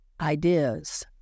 ideas